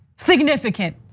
significant,